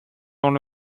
dans